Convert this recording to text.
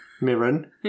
Mirren